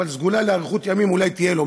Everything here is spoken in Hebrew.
אבל סגולה לאריכות ימים אולי תהיה לו,